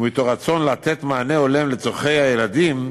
ומתוך רצון לתת מענה הולם לצורכי הילדים,